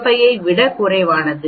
05 ஐ விடக் குறைவானது